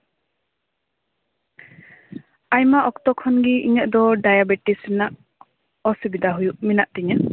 ᱟᱭᱢᱟ ᱚᱠᱛᱚ ᱠᱷᱚᱱᱟᱜ ᱜᱮ ᱤᱧᱟᱹᱜ ᱫᱚ ᱰᱟᱭᱟᱵᱮᱴᱤᱥ ᱨᱮᱱᱟᱜ ᱚᱥᱩᱵᱤᱫᱟ ᱦᱩᱭᱩᱜ ᱢᱮᱱᱟᱜ ᱛᱤᱧᱟᱹ